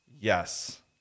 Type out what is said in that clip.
Yes